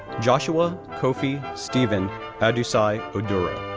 joshua kofi stephen adusei oduro,